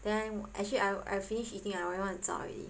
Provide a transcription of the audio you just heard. then actually I I finish eating I really wanna zao already